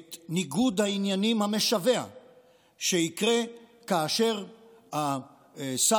את ניגוד העניינים המשווע שיקרה כאשר השר